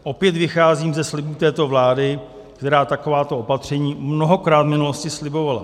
Opět vycházím ze slibů této vlády, která takováto opatření mnohokrát v minulosti slibovala.